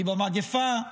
מי במגיפה,